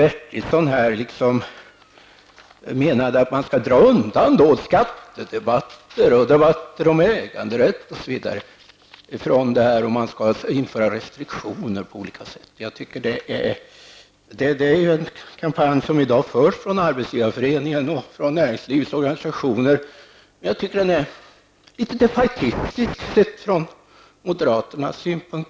Stig Bertilsson menade att man skall undanta skattedebatter och debatter om äganderätt från detta och att man på olika sätt skall införa restriktioner. Detta är en kampanj som i dag förs från Arbetsgivareföreningen och från näringslivets organisationer. Jag tycker emellertid att debatten sett från moderaternas synpunkt är litet defaitistisk.